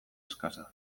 eskasa